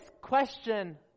question